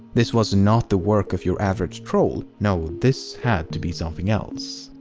this was not the work of your average troll. no, this had to be something else.